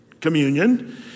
Communion